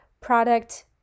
product